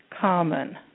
common